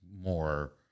more